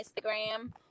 instagram